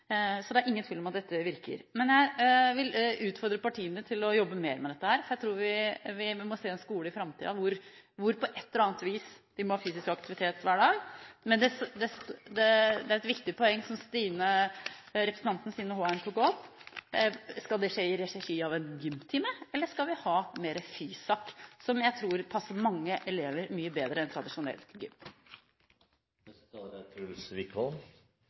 Så det er ingen tvil om at dette virker. Jeg vil utfordre partiene til å jobbe mer med dette, for jeg tror vi må se en skole i framtiden hvor vi – på et eller annet vis – må ha fysisk aktivitet hver dag. Men det er et viktig poeng det som representanten Stine Renate Håheim tok opp – skal det skje i regi av en gymtime, eller skal vi ha mer FYSAK, som jeg tror passer mange elever mye bedre enn tradisjonell gym. Det er